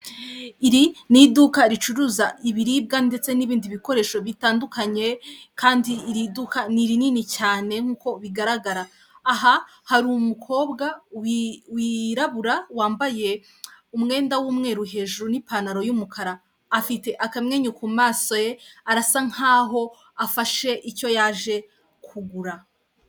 Iri ni iduka ricuruza ibiribwa ndetse n'ibindi bikoresho bitandukanye kandi iri duka ni rinini cyane nk'uko bigaragara, aha hari umukobwa wirabura wambaye umwenda w'umweru hejuru n'ipantaro y'umukara, afite akamwenyu ku maso ye, arasa nk'aho afashe icyo yaje kugura.